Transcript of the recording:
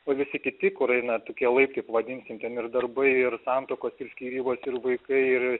o visi kiti kur eina tokie laiptai pavadinkim ten ir darbai ir santuokos ir skyrybos ir vaikai ir